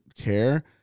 care